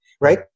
right